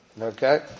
Okay